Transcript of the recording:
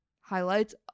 highlights